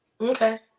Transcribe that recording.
Okay